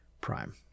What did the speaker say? Prime